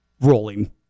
rolling